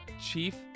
chief